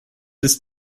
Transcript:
ist